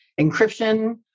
Encryption